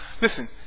listen